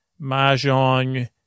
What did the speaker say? Mahjong